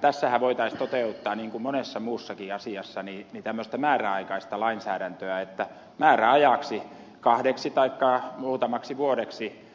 tässähän voitaisiin toteuttaa niin kuin monessa muussakin asiassa tämmöistä määräaikaista lainsäädäntöä että määräajaksi kahdeksi taikka muutamaksi vuodeksi